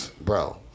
Bro